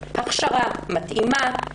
הכשרה מתאימה,